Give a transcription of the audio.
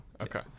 Okay